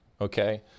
Okay